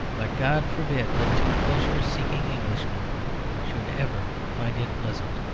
but god forbid that two pleasure-seeking englishmen should ever find it pleasant!